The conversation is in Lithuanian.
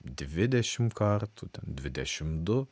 dvidešim kartų ten dvidešim du